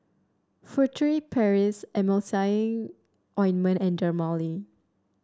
Furtere Paris Emulsying Ointment and Dermale